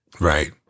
right